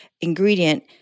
ingredient